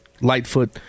Lightfoot